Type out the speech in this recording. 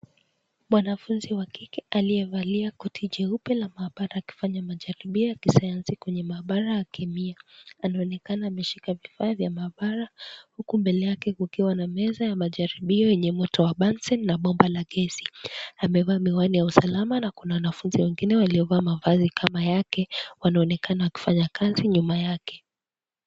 Mwanafunzi wa kike aliyevalia koti jeupe la maabara akifanya majaribio ya kisayansi kwenye maabara ya kemia. Anaonekana ameshika vifaa vya maabara, huku mbele yake kukiwa na meza ya majaribio yenye moto wa bunsen na bomba la gesi. Amevaa miwani ya usalama na kuna wanafunzi wengine waliovaa mavazi kama yake, wanaonekana wakifanya kazi nyuma yake.